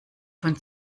von